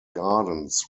gardens